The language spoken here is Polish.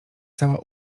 cała